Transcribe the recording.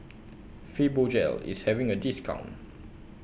Fibogel IS having A discount